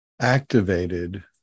activated